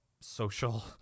social